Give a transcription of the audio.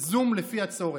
זום לפי הצורך.